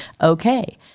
okay